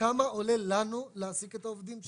כמה עולה לנו להעסיק את העובדים שלנו.